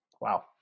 Wow